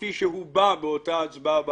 כפי שהוא בא באותה ההצבעה ב-2015,